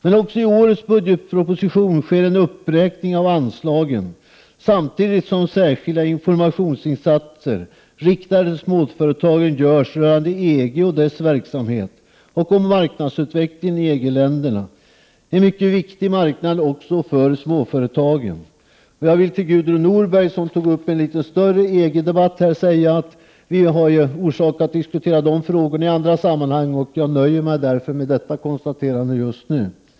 Men också i årets budgetproposition sker en uppräkning av anslagen, samtidigt som särskilda informationsinsatser, riktade till småföretagen, görs rörande EG och dess verksamhet och om marknadsutvecklingen i EG-länderna, en mycket viktig marknad också för småföretagen. Till Gudrun Norberg, som tog upp en litet större EG-debatt här, vill jag säga att vi har anledning att diskutera de frågorna i andra sammanhang. Jag nöjer mig därför med detta konstaterande just nu.